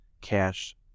cash